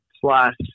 plus